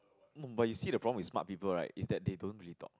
but you see the problem is smart people right is that they don't really talk